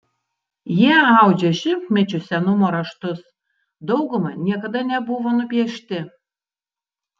jie audžia šimtmečių senumo raštus dauguma niekada nebuvo nupiešti